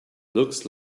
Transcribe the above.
looks